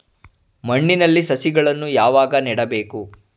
ಮಣ್ಣಿನಲ್ಲಿ ಸಸಿಗಳನ್ನು ಯಾವಾಗ ನೆಡಬೇಕು?